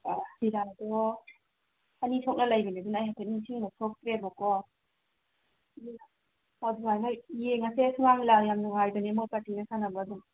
ꯑꯅꯤ ꯊꯣꯛꯅ ꯂꯩꯕꯅꯦ ꯑꯩ ꯍꯥꯏꯐꯦꯠ ꯅꯤꯡꯁꯤꯡꯕ ꯊꯣꯛꯇ꯭ꯔꯦꯕꯀꯣ ꯑꯗꯨ ꯌꯦꯡꯉꯁꯦ ꯁꯨꯃꯥꯡ ꯂꯤꯂꯥ ꯌꯥꯝ ꯅꯨꯡꯉꯥꯏꯕꯅꯦ ꯃꯈꯣꯏ ꯄꯥꯔꯇꯤꯅ ꯁꯥꯟꯅꯕ ꯑꯗꯨꯝ